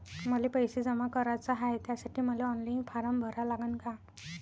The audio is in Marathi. मले पैसे जमा कराच हाय, त्यासाठी मले ऑनलाईन फारम भरा लागन का?